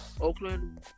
Oakland